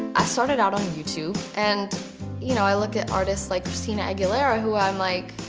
i started out on youtube and you know i looked at artists like christina aguilera who i'm like,